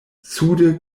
sude